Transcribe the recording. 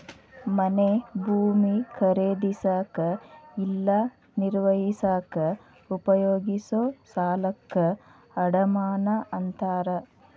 ಮನೆ ಭೂಮಿ ಖರೇದಿಸಕ ಇಲ್ಲಾ ನಿರ್ವಹಿಸಕ ಉಪಯೋಗಿಸೊ ಸಾಲಕ್ಕ ಅಡಮಾನ ಅಂತಾರ